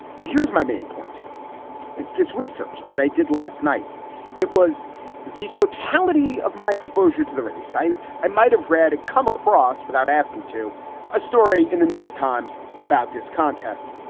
but here's my main point is this research that i did last night it was the totality of my exposure to the race. i i might have read it come across without asking to a story in the new york times about this contest.